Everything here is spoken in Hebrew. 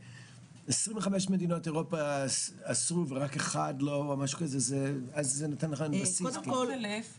25 מדינות אירופה אסרו ורק אחד לא אז זה נותן איזה שהוא בסיס.